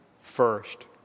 first